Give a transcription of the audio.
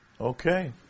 Okay